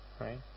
right